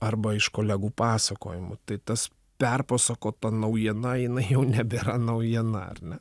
arba iš kolegų pasakojimų tai tas perpasakota naujiena jinai jau nebėra naujiena ar ne